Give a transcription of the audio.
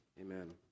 Amen